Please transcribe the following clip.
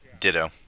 Ditto